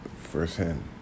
firsthand